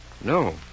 No